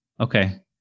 Okay